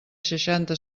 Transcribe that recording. seixanta